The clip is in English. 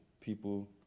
People